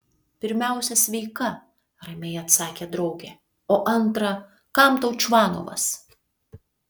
pirmiausia sveika ramiai atsakė draugė o antra kam tau čvanovas